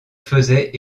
faisait